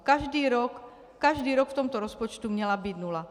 Každý rok, každý rok v tomto rozpočtu měla být nula.